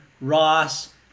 Ross